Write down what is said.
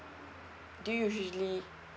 do you usually